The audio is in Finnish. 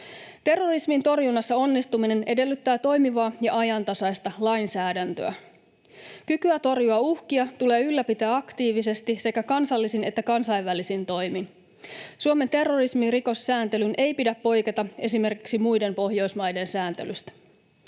Terrorismin torjunnassa onnistuminen edellyttää toimivaa ja ajantasaista lainsäädäntöä. Kykyä torjua uhkia tulee ylläpitää aktiivisesti sekä kansallisin että kansainvälisin toimin. Suomen terrorismirikossääntelyn ei pidä poiketa esimerkiksi muiden Pohjoismaiden sääntelystä.